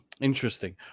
Interesting